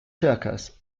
circus